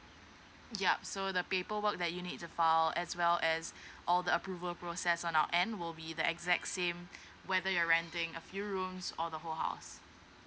yup so the paperwork that you need the file as well as all the approval process on our end will be the exact same whether you're renting a few rooms or the whole house